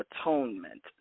atonement